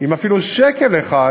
אם יוטל אפילו שקל אחד,